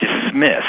dismiss